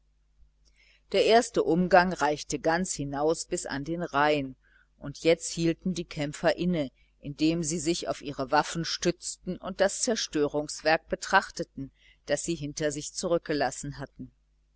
der erste umgang reichte ganz hinaus bis an den rain und jetzt hielten die kämpfer inne indem sie sich auf ihre waffen stützten und das zerstörungswerk betrachteten das sie hinter sich zurückgelassen hatten